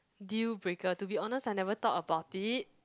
deal breaker to be honest I never thought about it